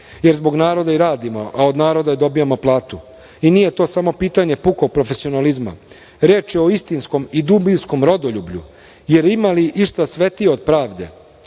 jer zbog naroda i radimo, a od naroda dobijamo platu. Nije to samo pitanje pukog profesionalizma. Reč je o istinskom i dubinskom rodoljublju, jer ima li išta svetije od pravde?